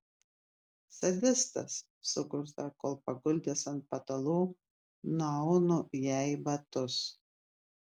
sadistas sukužda kol paguldęs ant patalų nuaunu jai batus